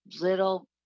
little